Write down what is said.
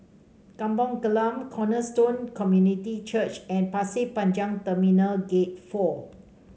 Kampung Glam Cornerstone Community Church and Pasir Panjang Terminal Gate Four